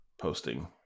posting